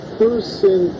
person